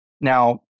now